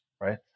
right